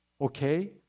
okay